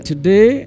Today